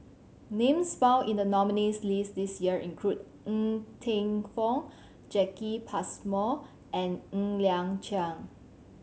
names found in the nominees' list this year include Ng Teng Fong Jacki Passmore and Ng Liang Chiang